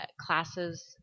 classes